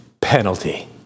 penalty